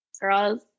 girls